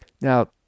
Now